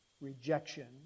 rejection